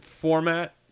format